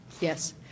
Yes